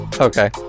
Okay